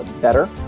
Better